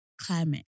climate